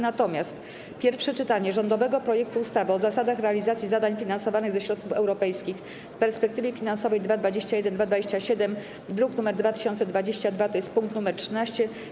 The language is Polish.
Natomiast pierwsze czytanie rządowego projektu ustawy o zasadach realizacji zadań finansowanych ze środków europejskich w perspektywie finansowej 2021-2027, druk nr 2022, tj. pkt 13,